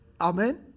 Amen